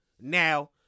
Now